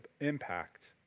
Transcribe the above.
impact